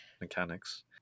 mechanics